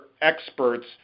experts